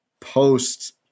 post